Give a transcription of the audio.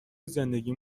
زندگی